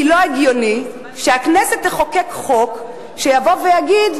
כי לא הגיוני שהכנסת תחוקק חוק שיבוא ויגיד: